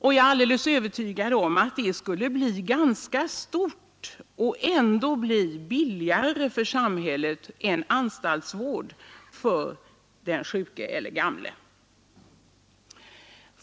Jag är alldeles övertygad om att det kunde göras ganska stort och ändå bli billigare för samhället än anstaltvård för den sjuke eller gamle.